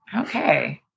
Okay